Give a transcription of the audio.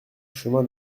chemin